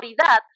autoridad